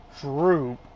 droop